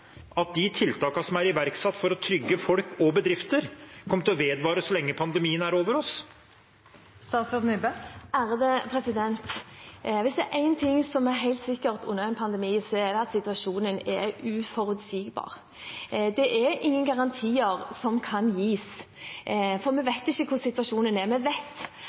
at de tiltakene som er iverksatt for å trygge folk og bedrifter, kommer til å vedvare så lenge pandemien er over oss? Hvis det er én ting som er helt sikkert under en pandemi, så er det at situasjonen er uforutsigbar. Det er ingen garantier som kan gis, for vi vet ikke hvordan situasjonen blir. Vi vet